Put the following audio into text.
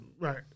right